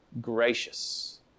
gracious